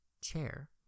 Chair